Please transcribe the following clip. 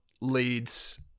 leads